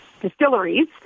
distilleries